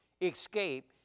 escape